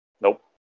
Nope